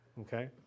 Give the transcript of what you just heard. okay